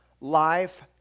life